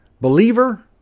believer